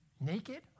Naked